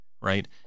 right